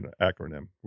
acronym